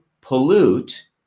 pollute